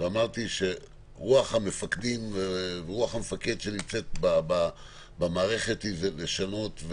ואמרתי שרוח המפקד שנמצאת במערכת זה לשנות,